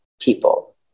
people